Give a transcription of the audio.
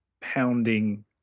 pounding